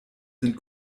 sind